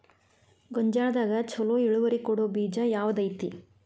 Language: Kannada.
ಗೊಂಜಾಳದಾಗ ಛಲೋ ಇಳುವರಿ ಕೊಡೊ ಬೇಜ ಯಾವ್ದ್ ಐತಿ?